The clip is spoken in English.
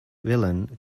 villain